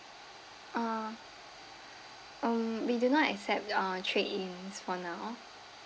uh um we do not accept uh trade in for now